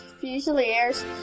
Fusiliers